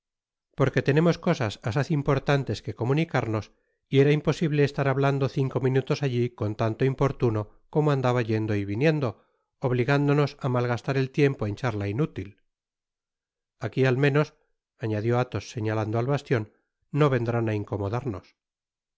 porque tenemos cosas asaz importantes que comunicarnos y era imposible estar hablando cinco minutos allí con tanto importuno como andaba yendo y viniendo obligándonos á malgastar el tiempo ea charla inútil aqui al menos añadió athos señalando al bastion no vendrán á incomodarnos